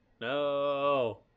No